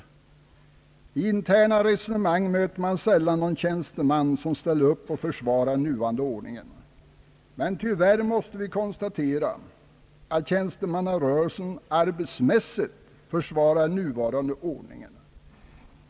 I interna resonemang möter man sällan någon tjänsteman som ställer sig upp och försvarar den nuvarande ordningen. Men tyvärr måste vi konstatera att tjänstemannarörelsen arbetsmässigt försvarar nuvarande ordning.